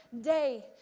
day